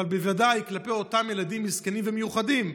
אבל בוודאי כלפי אותם ילדים מסכנים ומיוחדים,